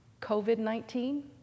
COVID-19